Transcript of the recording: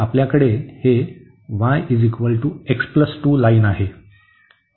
तर आपल्याकडे हे y x 2 लाईन आहे